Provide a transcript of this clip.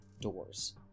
doors